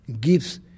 gives